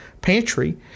pantry